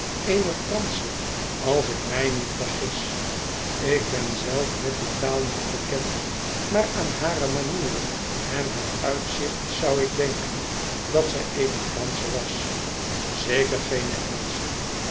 eene fransche als ik mij niet vergis ik ben zelf met die taal niet bekend maar aan hare manieren en haar uitzicht zou ik denken dat zij eene fransche was zeker geene engelsche